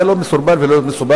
זה לא מסורבל ולא מסובך.